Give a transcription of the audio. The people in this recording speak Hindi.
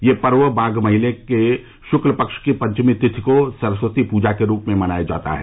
यह पर्व माघ महीने के शुक्ल पक्ष की पंचमी तिथि को सरस्वती पूजा के रूप में मनाया जाता है